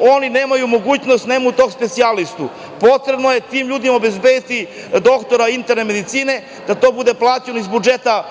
oni nemaju mogućnost, nemaju tog specijalistu. Potrebno je tim ljudima obezbediti doktora interne medicine, da to bude plaćeno iz budžeta